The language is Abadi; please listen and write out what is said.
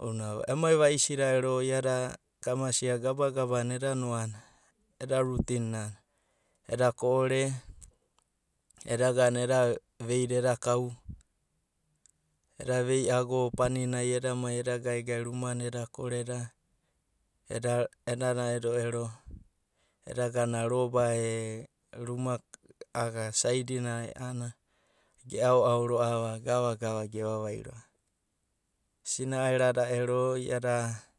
Ounanai emai va'isida ero ema kamasia gebagabanai eda no'a a'ana eda rutin na eda ko'ore eda gana eda veida edakau eda vei'ago paninai eda mai, eda gaegae rumanai eda eda na'edo ero eda gana roba e ruma saidinai ge aoao ro'ava gevavaida ro'ava. Sina'aira ero iada.